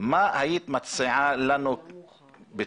מה היית מציעה לנו כמחוקקים,